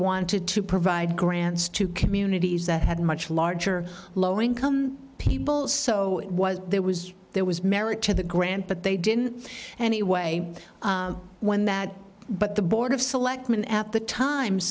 wanted to provide grants to communities that had much larger low income people so it was there was there was merit to the grant but they didn't anyway when that but the board of selectmen at the time